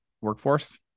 workforce